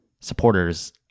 Supporters